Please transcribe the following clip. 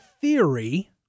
theory